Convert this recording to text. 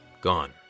gone